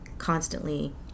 constantly